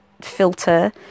filter